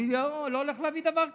אני לא הולך להביא דבר כזה,